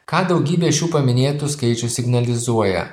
ką daugybė šių paminėtų skaičių signalizuoja